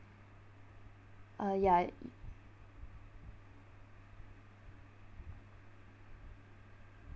uh ya it